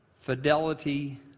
fidelity